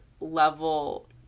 level